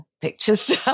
pictures